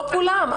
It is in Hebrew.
לא כולן,